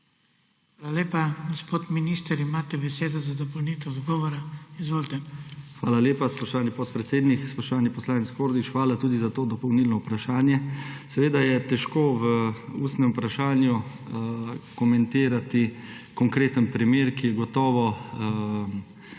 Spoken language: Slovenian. Hvala lepa. Gospod minister, imate besedo za dopolnitev odgovora. Izvolite. **JANEZ CIGLER KRALJ:** Hvala lepa, spoštovani podpredsednik. Spoštovani poslanec Kordiš, hvala tudi za to dopolnilno vprašanje. Seveda je težko v ustnem vprašanju komentirati konkreten primer, ki je gotovo,